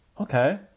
okay